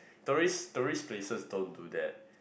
tourist tourist places don't do that